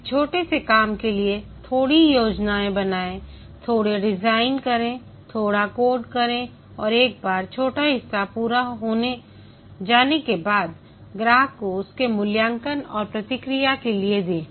इस छोटे से काम के लिए थोड़ी योजना बनाएं थोड़ा डिजाइन करें थोड़ा कोड करें और एक बार छोटा हिस्सा पूरा हो जाने के बाद ग्राहक को उसके मूल्यांकन और प्रतिक्रिया के लिए दें